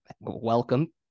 welcome